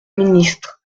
ministre